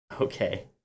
Okay